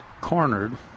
cornered